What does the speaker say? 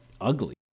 ugly